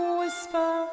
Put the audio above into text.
whisper